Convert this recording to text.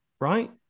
right